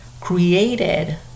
created